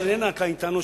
שאיננה כאן אתנו,